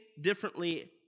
differently